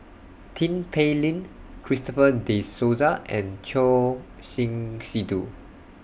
Tin Pei Ling Christopher De Souza and Choor Singh Sidhu